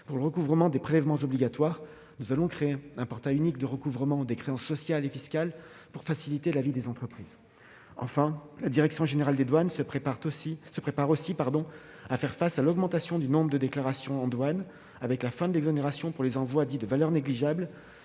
pour le recouvrement des prélèvements obligatoires. Nous allons créer un portail unique de recouvrement des créances sociales et fiscales pour faciliter la vie des entreprises. Enfin, la direction générale des douanes se prépare également à faire face à l'augmentation du nombre de déclarations avec la fin de l'exonération pour les envois dits de « valeur négligeable